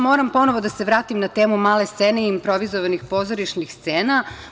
Moram ponovo da se vratim na temu male scene i improvizovanih pozorišnih scena.